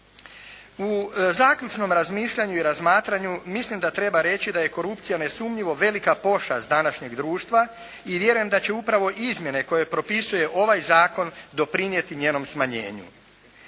U zaključnom razmišljanju i razmatranju mislim da treba reći da je korupcija nesumnjivo velika pošast današnjeg društva i vjerujem da će upravo izmjene koje propisuje ovaj zakon doprinijeti njenom smanjenju.